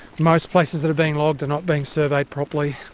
most places that are being logged are not being surveyed properly,